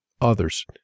others